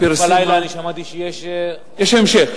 פרסמה, אתמול בלילה שמעתי שיש, יש המשך.